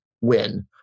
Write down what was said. win